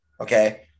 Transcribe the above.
Okay